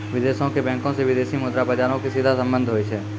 विदेशो के बैंको से विदेशी मुद्रा बजारो के सीधा संबंध होय छै